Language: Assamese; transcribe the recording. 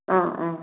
অঁ অঁ